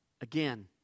Again